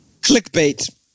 clickbait